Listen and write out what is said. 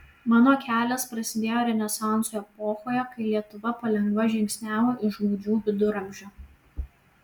mano kelias prasidėjo renesanso epochoje kai lietuva palengva žingsniavo iš gūdžių viduramžių